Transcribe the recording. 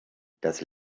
das